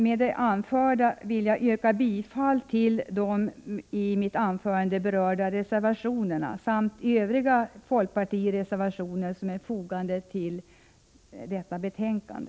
Med det anförda yrkar jag bifall till de i mitt anförande berörda reservationerna samt till övriga folkpartireservationer som är fogade till detta betänkande.